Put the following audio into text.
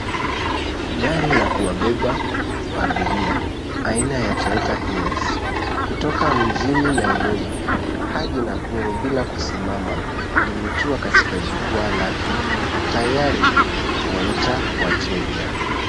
Gari la kuwabeba abiria aina ya Toyota Hiace, kutoka mjini Nairobi hadi Nakuru bila kusimama, limetua katika jukwaa lake, tayari kuwaita wateja.